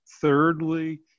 thirdly